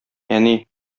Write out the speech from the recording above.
әни